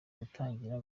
gutangira